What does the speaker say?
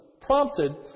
prompted